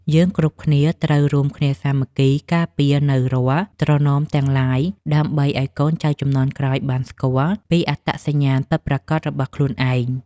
យើងគ្រប់គ្នាត្រូវរួមសាមគ្គីគ្នាការពារនូវរាល់ត្រណមទាំងឡាយ ដើម្បី ឱ្យកូនចៅជំនាន់ក្រោយបានស្គាល់ពីអត្តសញ្ញាណពិតប្រាកដរបស់ខ្លួនឯង។